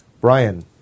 Brian